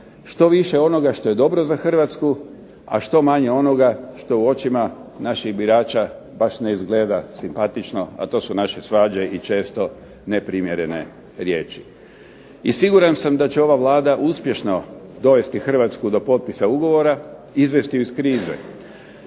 što više onoga što je dobro za Hrvatsku, a što manje onoga što u očima naših birača baš ne izgleda simpatično, a to su naše svađe i često neprimjerene riječi. I siguran sam da će ova Vlada uspješno dovesti Hrvatsku do potpisa ugovora, izvesti ju iz krize.